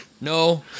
No